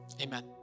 Amen